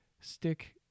stick